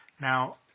Now